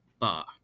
bar